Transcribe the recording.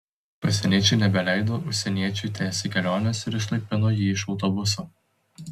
pasieniečiai nebeleido užsieniečiui tęsti kelionės ir išlaipino jį iš autobuso